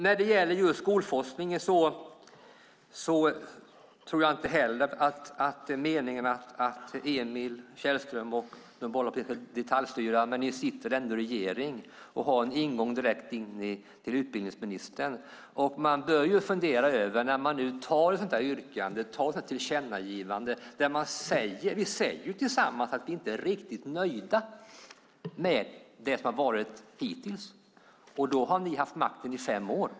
När det gäller just skolforskningen tror jag inte heller att Emil Källström och de borgerliga vill detaljstyra, men ni tillhör ändå regeringssidan och har ingång direkt till utbildningsministern. När man nu antar ett sådant här yrkande bör man ju fundera över det. Det är ett tillkännagivande där vi ju tillsammans säger att vi inte är riktigt nöjda med det som har varit hittills. Då har ni ändå haft makten i fem år.